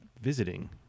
visiting